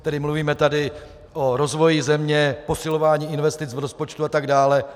Tedy mluvíme tady o rozvoji země, posilování investic v rozpočtu atd.